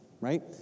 right